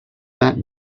that